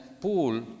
pool